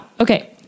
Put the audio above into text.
Okay